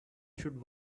should